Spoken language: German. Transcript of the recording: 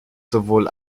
sowohl